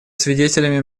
свидетелями